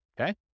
okay